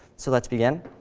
so let's begin.